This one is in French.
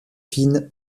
fine